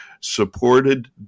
supported